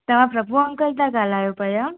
तव्हां प्रभू अंकल था ॻाल्हायो पिया